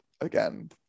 again